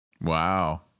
Wow